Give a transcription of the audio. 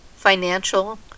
financial